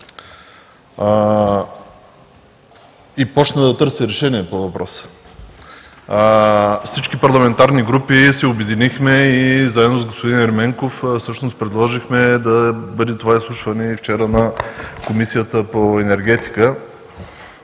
започна да търси решение по въпроса. Всички парламентарни групи се обединихме и заедно с господин Ерменков предложихме това изслушване да е вчера на Комисията по енергетика,